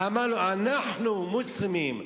אמר לו: אנחנו מוסלמים,